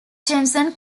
jensen